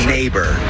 Neighbor